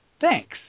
Thanks